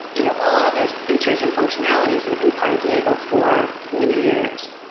you know all of those features and functionalities that have been part of diego for many years.